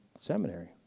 seminary